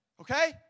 Okay